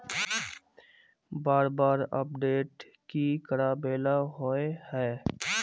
बार बार अपडेट की कराबेला होय है?